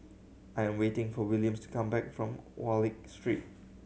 I'm waiting for Williams to come back from Wallich Street